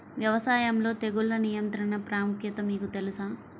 వ్యవసాయంలో తెగుళ్ల నియంత్రణ ప్రాముఖ్యత మీకు తెలుసా?